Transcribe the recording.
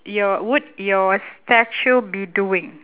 your would your statue be doing